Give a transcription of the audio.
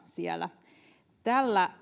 siellä yli kuudennellatoistatuhannennella tällä